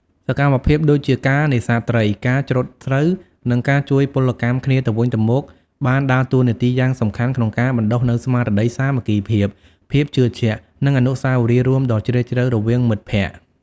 សកម្មភាពដូចជាការនេសាទត្រី ការច្រូតស្រូវ និងការជួយពលកម្មគ្នាទៅវិញទៅមកបានដើរតួនាទីយ៉ាងសំខាន់ក្នុងការបណ្តុះនូវស្មារតីសាមគ្គីភាព ភាពជឿជាក់ និងអនុស្សាវរីយ៍រួមដ៏ជ្រាលជ្រៅរវាងមិត្តភក្តិ។